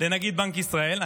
לנגיד בנק ישראל,